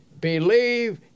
Believe